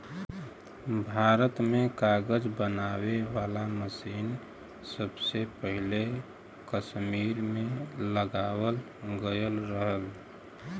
भारत में कागज बनावे वाला मसीन सबसे पहिले कसमीर में लगावल गयल रहल